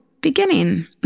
beginning